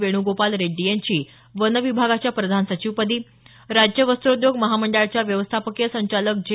वेण्गोपाल रेड्डी यांची वन विभागाच्या प्रधान सचिवपदी राज्य वस्रोद्योग महामंडळाच्या व्यवस्थापकीय संचालक जे